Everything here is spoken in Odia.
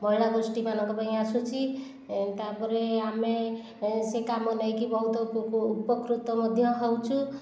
ମହିଳାଗୋଷ୍ଠୀ ମାନଙ୍କ ପାଇଁ ଆସୁଛି ଏ ତାପରେ ଆମେ ସେ କାମ ନେଇ କରି ବହୁତ ଉପକୃତ ମଧ୍ୟ ହେଉଛୁ